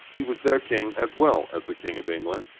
he was their king as well as the king of england,